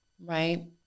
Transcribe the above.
Right